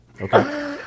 okay